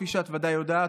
כפי שאת בוודאי יודעת,